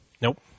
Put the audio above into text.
Nope